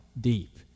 deep